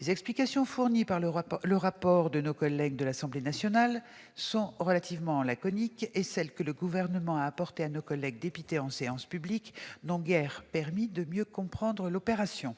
les explications fournies dans le rapport de nos collègues de l'Assemblée nationale sont relativement laconiques, et celles que le Gouvernement a apportées à nos collègues dépités en séance publique n'ont guère permis de mieux comprendre l'opération.